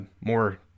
more